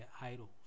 idols